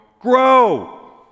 grow